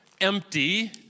empty